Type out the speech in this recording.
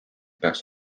peaks